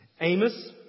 Amos